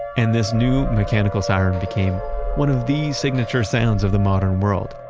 and this new mechanical siren became one of the signature sounds of the modern world.